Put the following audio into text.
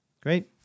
Great